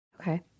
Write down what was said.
Okay